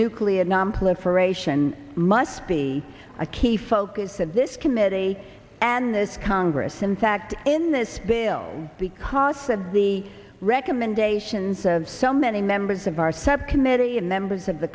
nonproliferation must be a key focus of this committee and this congress in fact in this bill because of the recommendations of so many members of our subcommittee and members of the